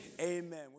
amen